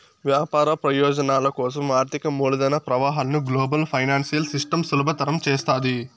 వ్యాపార ప్రయోజనాల కోసం ఆర్థిక మూలధన ప్రవాహాలను గ్లోబల్ ఫైనాన్సియల్ సిస్టమ్ సులభతరం చేస్తాది